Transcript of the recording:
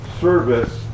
service